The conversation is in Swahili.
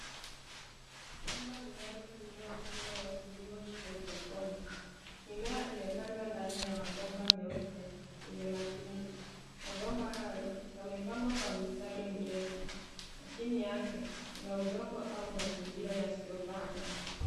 Shamba linalotumia mfumo wa kilimo cha haidroponiki .Mimea imepandwa ndani ya mabomba meupe yenye matundu. Mabomba hayo yamepangwa kwa mistari mirefu. Chini yake kuna udongo au mazingira yasiyopandwa.